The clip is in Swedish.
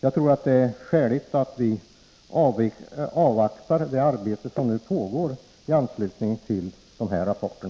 Jag tror att det är skäligt att vi avvaktar det arbete som nu pågår i anslutning till dessa rapporter.